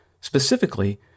specifically